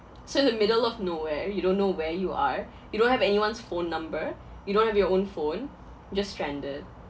so in the middle of nowhere you don't know where you are you don't have anyone's phone number you don't have your own phone just stranded